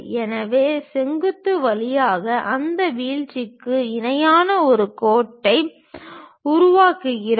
எனவே செங்குத்து வழியாக அந்த வீழ்ச்சிக்கு இணையாக ஒரு கோட்டை உருவாக்குகிறோம்